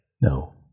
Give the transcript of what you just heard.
No